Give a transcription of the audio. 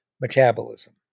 metabolism